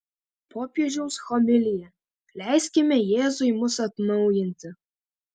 popiežiaus homilija leiskime jėzui mus atnaujinti